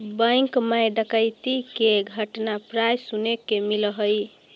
bank मैं डकैती के घटना प्राय सुने के मिलऽ हइ